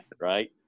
right